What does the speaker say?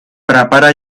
prepara